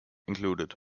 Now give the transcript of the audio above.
included